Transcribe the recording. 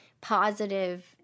positive